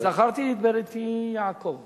"זכרתי את בריתי יעקוב